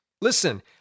Listen